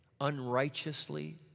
unrighteously